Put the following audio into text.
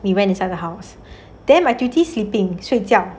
we went inside the house then my duty sleeping 睡觉